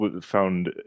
found